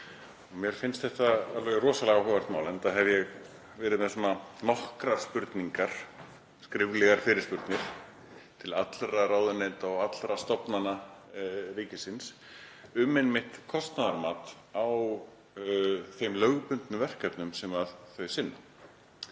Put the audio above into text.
Mér finnst þetta alveg rosalega áhugavert mál enda hef ég verið með nokkrar spurningar, skriflegar fyrirspurnir, til allra ráðuneyta og allra stofnana ríkisins um kostnaðarmat á þeim lögbundnu verkefnum sem þær sinna.